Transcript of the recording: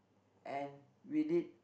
and we did